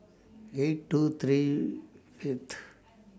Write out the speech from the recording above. eight two three Fifth